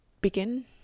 begin